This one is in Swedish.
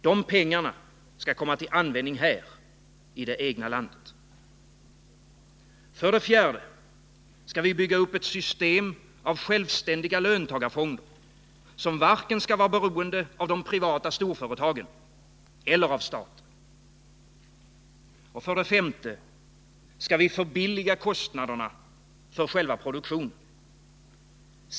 Dessa pengar skall komma till användning här i det egna landet. För det fjärde skall vi bygga upp ett system av självständiga löntagarfonder, som inte skall vara beroende av vare sig de privata storföretagen eller staten. För det femte skall vi sänka kostnaderna för själva produktionen.